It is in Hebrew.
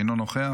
אינו נוכח,